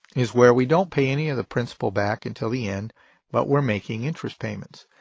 is where we don't pay any of the principal back until the end but we're making interest payments.